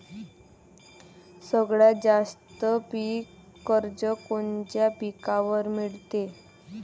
सगळ्यात जास्त पीक कर्ज कोनच्या पिकावर मिळते?